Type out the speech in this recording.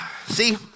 See